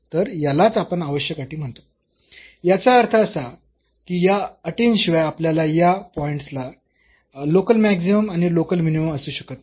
तर यालाच आपण आवश्यक अटी म्हणतो याचा अर्थ असा की या अटींशिवाय आपल्याकडे या पॉईंटला लोकल मॅक्सिमम आणि लोकल मिनिमम असू शकत नाही